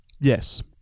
Yes